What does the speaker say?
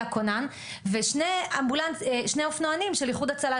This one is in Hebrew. הכונן ושני אופנוענים של איחוד הצלה,